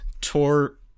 Tor